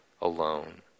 alone